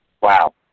Wow